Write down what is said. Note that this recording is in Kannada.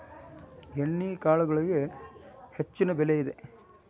ಎಣ್ಣಿಕಾಳುಗಳಿಗೆ ಹೆಚ್ಚಿನ ಬೆಲೆ ಇದೆ